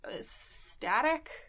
static